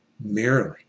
Merely